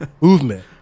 Movement